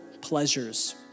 pleasures